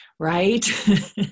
right